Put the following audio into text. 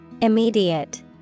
Immediate